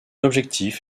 objectif